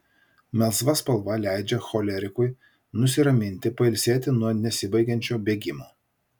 melsva spalva leidžia cholerikui nusiraminti pailsėti nuo nesibaigiančio bėgimo